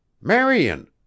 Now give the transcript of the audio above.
Marion